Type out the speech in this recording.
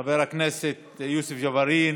חבר הכנסת יוסף ג'בארין,